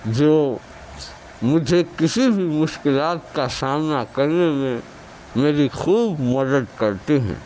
جو مجھے کسی بھی مشکلات کا سامنا کرنے میں میری خوب مدد کرتی ہیں